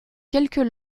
quelques